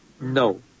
no